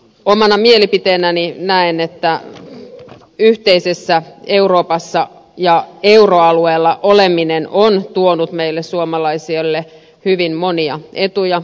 omana mielipiteenäni näen että yhteisessä euroopassa ja euroalueella oleminen on tuonut meille suomalaisille hyvin monia etuja